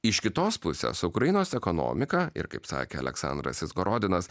iš kitos pusės ukrainos ekonomika ir kaip sakė aleksandras izgorodinas